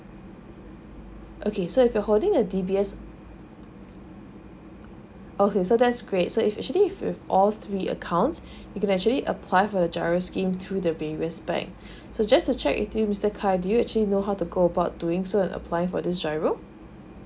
okay so if you're holding a D_B_S okay so that's great so if actually if with all three accounts you can actually apply for the giro scheme through the various bank so just to check with you mister khaleel do you actually know how to go about doing so apply for this giro